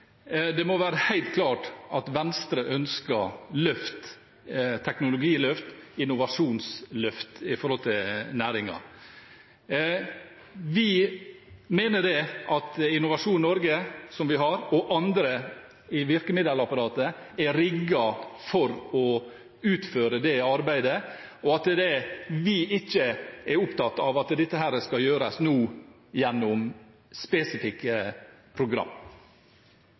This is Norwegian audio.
Det må være helt klart at Venstre ønsker teknologiløft og innovasjonsløft i næringen. Vi mener at Innovasjon Norge og andre i virkemiddelapparatet er rigget til å utføre det arbeidet, og vi er ikke opptatt av at dette skal gjøres nå, gjennom spesifikke program.